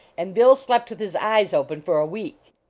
and bill slept with his eyes open for a week.